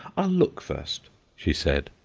i'll look first she said,